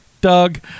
Doug